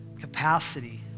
capacity